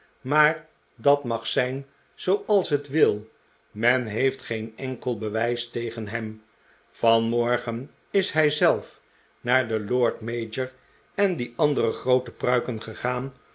maar dat mag zijn zooals het wil men heeft geen enkel bewijs tegen hem vanmorgen is hij zelf naar den lord-mayor en die andere groote pruiken gegaan